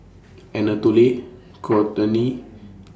Anatole Kortney